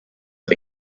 the